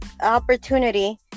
opportunity